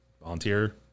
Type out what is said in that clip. Volunteer